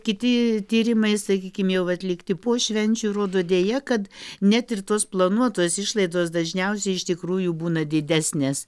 kiti tyrimai sakykim jau atlikti po švenčių rodo deja kad net ir tos planuotos išlaidos dažniausiai iš tikrųjų būna didesnės